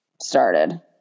started